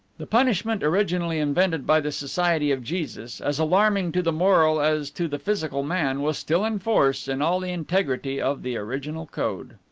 the punishment originally invented by the society of jesus, as alarming to the moral as to the physical man, was still in force in all the integrity of the original code.